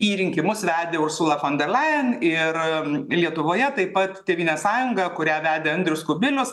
į rinkimus vedė ursula fon der lein ir lietuvoje taip pat tėvynės sąjunga kurią vedė andrius kubilius